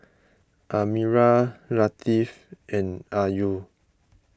Amirah Latif and Ayu